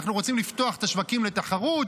אנחנו רוצים לפתוח את השווקים לתחרות,